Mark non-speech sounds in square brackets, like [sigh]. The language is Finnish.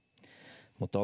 mutta [unintelligible]